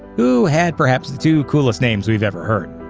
who had perhaps two coolest names we've ever heard.